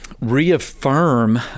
reaffirm